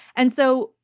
and so,